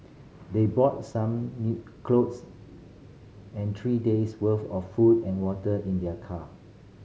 they brought some clothes and three days' worth of food and water in their car